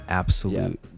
absolute